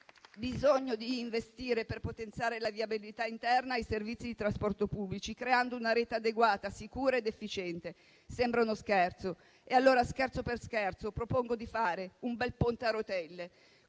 bisogno di investire per potenziare la viabilità interna, i servizi di trasporto pubblici, creando una rete adeguata, sicura ed efficiente. Sembra uno scherzo e allora scherzo per scherzo, propongo di fare un bel ponte a rotelle,